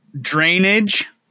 drainage